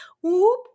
Whoop